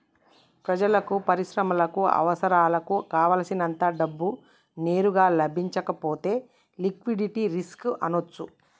ప్రజలకు, పరిశ్రమలకు అవసరాలకు కావల్సినంత డబ్బు నేరుగా లభించకపోతే లిక్విడిటీ రిస్క్ అనొచ్చు